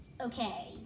Okay